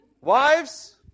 Wives